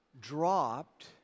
dropped